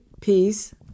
peace